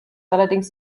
allerdings